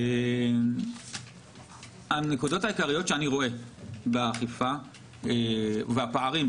הנקודות העיקריות באכיפה והפערים,